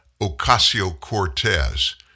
Ocasio-Cortez